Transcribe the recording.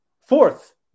fourth